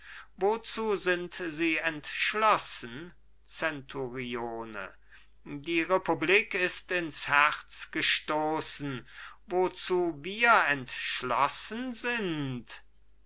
wozu sind sie entschlossen zenturione die republik ist ins herz gestoßen wozu wir entschlossen sind